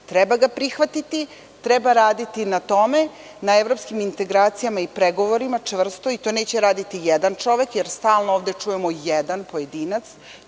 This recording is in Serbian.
Treba ga prihvatiti. Treba raditi na tome, na evropskim integracija i pregovorima čvrsto i to neće raditi jedan čovek, jer stalno ovde čujemo jedan, pojedinac.